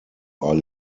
are